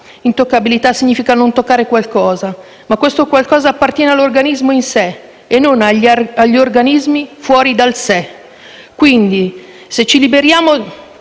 "Intoccabilità" significa "non toccare" qualcosa, ma questo qualcosa appartiene all'organismo in sé e non agli organismi fuori dal sé. Quindi, se ci liberiamo